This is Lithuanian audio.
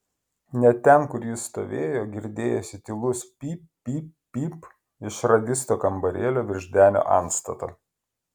net ten kur jis stovėjo girdėjosi tylus pyp pyp pyp iš radisto kambarėlio virš denio antstato